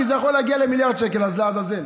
כי זה יכול להגיע למיליארד שקל, אז לעזאזל.